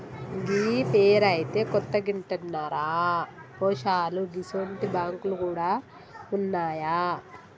గీ పేరైతే కొత్తగింటన్నరా పోశాలూ గిసుంటి బాంకులు గూడ ఉన్నాయా